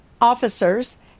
officers